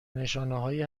نشانههایی